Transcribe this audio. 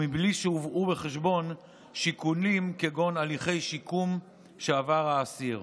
ובלי שהובאו בחשבון שיקולים כגון הליכי שיקום שעבר האסיר.